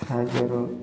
ସାହାଯ୍ୟରେ